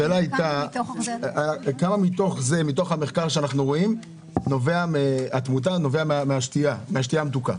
השאלה הייתה כמה מן התמותה שאנחנו רואים במחקר נובעת מהשתייה המתוקה.